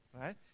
right